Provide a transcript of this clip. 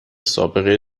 سابقه